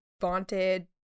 vaunted